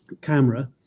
camera